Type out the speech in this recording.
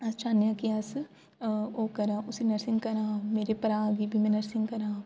अस चाह्न्नें आं की अस ओह् करांऽ उसी नर्सिंग करांऽ मेरे भ्राऽ गी बी में नर्सिंग करांऽ